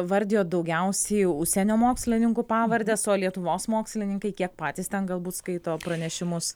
vardijot daugiausiai užsienio mokslininkų pavardes o lietuvos mokslininkai kiek patys ten galbūt skaito pranešimus